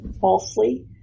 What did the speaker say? falsely